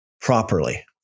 properly